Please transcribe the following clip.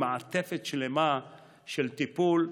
מעטפת שלמה של טיפול.